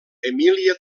emília